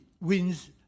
wins